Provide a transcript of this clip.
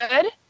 good